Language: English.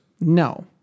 No